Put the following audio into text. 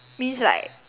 means like